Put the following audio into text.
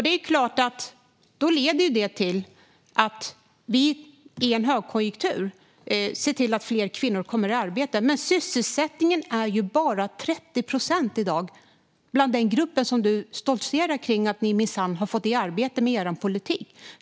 Det är klart att det leder till att vi i en högkonjunktur ser fler kvinnor komma i arbete. Men sysselsättningen är ju bara 30 procent i dag i den grupp som du stoltserar med att ni minsann har fått i arbete med er politik!